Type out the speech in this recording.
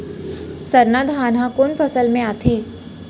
सरना धान ह कोन फसल में आथे?